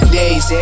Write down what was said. days